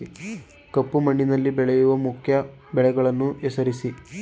ಕಪ್ಪು ಮಣ್ಣಿನಲ್ಲಿ ಬೆಳೆಯುವ ಮುಖ್ಯ ಬೆಳೆಗಳನ್ನು ಹೆಸರಿಸಿ